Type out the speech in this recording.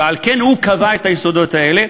ועל כן, הוא קבע את היסודות האלה,